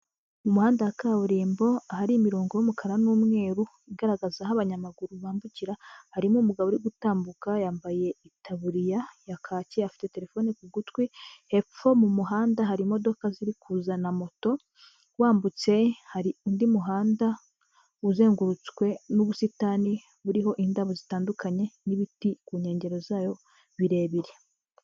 Umuhanda wa kaburimbo ahari imirongo y'umukara n'umweru igaragaza aho abanyamaguru bambukira harimo umugabo uri gutambuka yambaye itaburiya ya kaki afite telefone ku gutwi hepfo mu muhanda hari imodoka ziri kuza na moto wambutse hari undi muhanda uzengurutswe n'ubusitani buriho indabo zitandukanye n'ibiti ku nkengero zawo birebire.